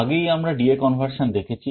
আগেই আমরা DA conversion দেখেছি